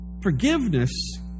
forgiveness